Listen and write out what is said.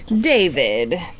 David